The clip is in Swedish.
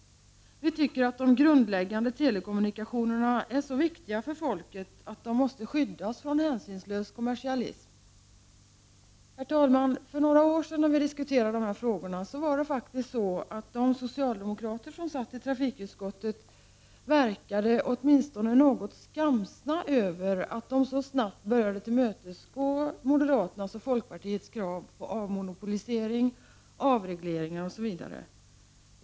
Vi tycker att de grundläggande telekommunikationerna är så viktiga för folket att de måste skyddas från hänsynslös kommersialism. Herr talman! För några år sedan då vi diskuterade de här frågorna var det faktiskt så att de socialdemokrater som satt i trafikutskottet verkade åtminstone något skamsna över att de så snabbt börjat tillmötesgå moderaternas och folkpartiets krav på avmonopolisering, avregleringar osv.